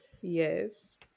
Yes